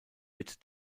wird